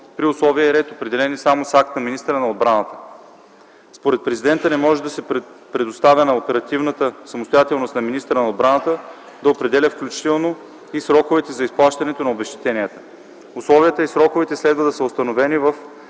при условия и ред, определени само с акт на министъра на отбраната. Според Президента не може да се предоставя на оперативната самостоятелност на министъра на отбраната да определя включително и сроковете за изплащане на обезщетенията. Условията и сроковете следва да са установени в